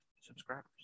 subscribers